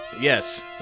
Yes